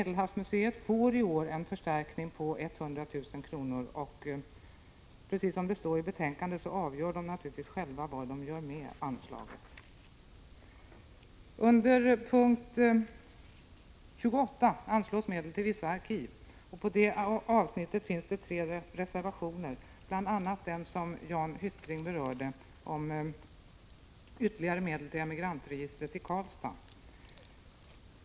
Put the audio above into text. Det får i år en anslagsförstärkning på 100 000 kr., och som framhålls i betänkandet, avgör museet naturligtvis självt vad som skall göras med pengarna. Under p. 28 anslås medel till vissa arkiv, och i det avsnittet finns det tre reservationer, bl.a. den som berörts av Jan Hyttring och som gäller ytterligare medel till Emigrantregistret i Karlstad.